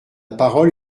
parole